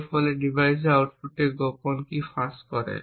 এবং এর ফলে ডিভাইসের আউটপুটে গোপন কী পাস করা